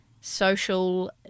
Social